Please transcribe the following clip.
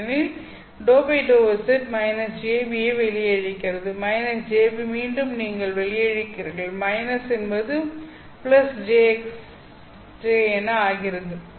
ஏனெனில் ∂∂z -jβ யை வெளியே இழுக்கிறது jβ மீண்டும் நீங்கள் வெளியே இழுக்கிறீர்கள் என்பது jx j என்று ஆகிறது